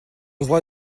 roi